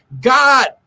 God